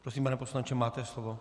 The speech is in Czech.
Prosím, pane poslanče, máte slovo.